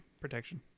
Protection